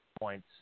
points